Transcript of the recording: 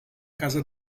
casa